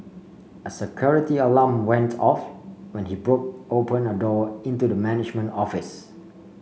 a security alarm went off when he broke open a door into the management office